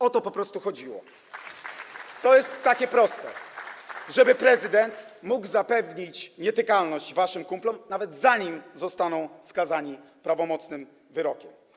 O to po prostu chodziło - to jest takie proste - żeby prezydent mógł zapewnić nietykalność waszym kumplom, nawet zanim zostaną skazani prawomocnym wyrokiem.